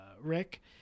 Rick